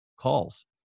calls